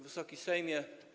Wysoki Sejmie!